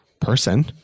person